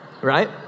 right